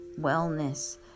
wellness